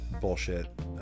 bullshit